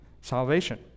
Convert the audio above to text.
salvation